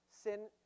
sin